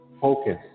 focus